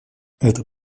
это